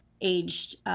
aged